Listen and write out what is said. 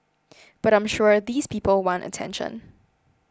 but I'm sure these people want attention